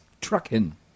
trucking